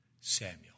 Samuel